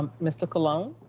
ah mr. colon.